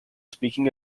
speaking